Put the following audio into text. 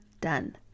done